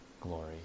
glory